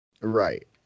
Right